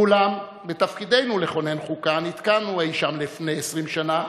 ואולם בתפקידנו לכונן חוקה נתקענו אי-שם לפני 20 שנה,